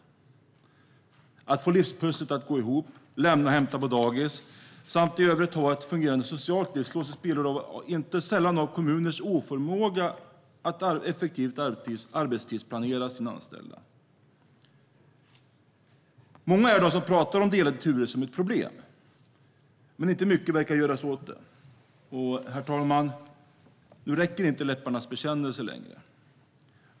Möjligheterna att få livspusslet att gå ihop, kunna lämna och hämta på dagis och i övrigt ha ett fungerande socialt liv slås inte sällan i spillror av kommuners oförmåga att effektivt arbetstidsplanera sina anställda. Många är de som talar om delade turer som ett problem, men inte mycket verkar göras åt det. Nu räcker inte läpparnas bekännelse längre, herr talman.